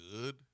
good